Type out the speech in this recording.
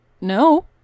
No